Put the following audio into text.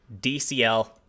DCL